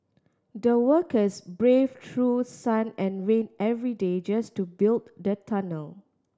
the workers brave through sun and rain every day just to build the tunnel